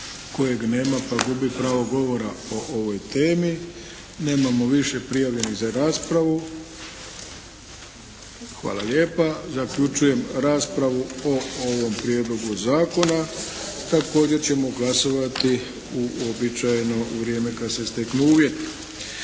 kojeg nema pa gubi pravo govora o ovoj temi. Nemamo više prijavljenih za raspravu. Hvala lijepa. Zaključujem raspravu o ovom prijedlogu zakona. Također ćemo glasovati uobičajeno kada se steknu uvjeti.